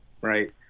Right